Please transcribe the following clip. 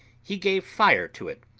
he gave fire to it,